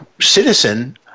Citizen